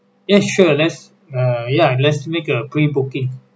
yeah sure let's uh ya let's make a pre booking